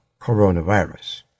coronavirus